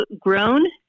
grown